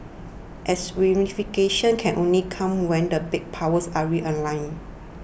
as reunification can only come when the big powers are realigned